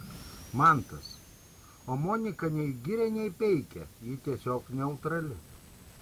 mantas o monika nei giria nei peikia ji tiesiog neutrali